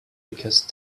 because